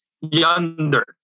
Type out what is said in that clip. yonder